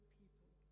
people